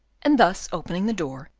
and thus opening the door,